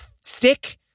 stick